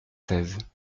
seize